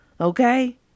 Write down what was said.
Okay